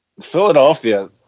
philadelphia